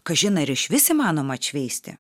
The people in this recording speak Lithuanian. kažin ar išvis įmanoma atšveisti